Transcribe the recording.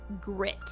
grit